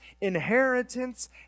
inheritance